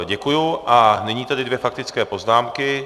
Děkuji a nyní tedy dvě faktické poznámky.